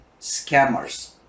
scammers